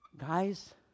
guys